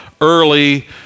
early